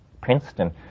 Princeton